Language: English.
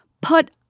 put